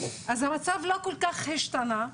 אז המצב לא כל-כך השתנה,